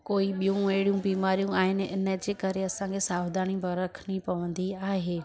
कोई ॿियूं अहिड़ियूं बीमारियूं आहिनि इनजे करे असांखे सावधानी बर रखणी पवंदी आहे